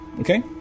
Okay